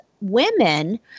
women